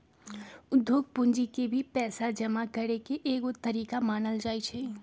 उद्योग पूंजी के भी पैसा जमा करे के एगो तरीका मानल जाई छई